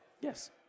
Yes